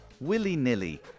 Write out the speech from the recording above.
willy-nilly